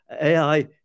AI